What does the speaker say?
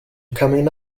coming